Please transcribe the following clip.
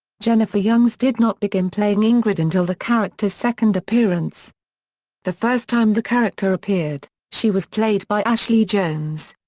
jennifer youngs did not begin playing ingrid until the character's second appearance the first time the character appeared, she was played by ashley jones.